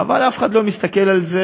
אבל אף אחד לא מסתכל על זה